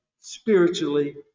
spiritually